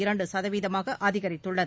இரண்டு சதவீதமாக அதிகரித்துள்ளது